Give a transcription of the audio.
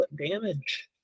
damage